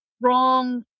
wrong